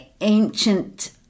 ancient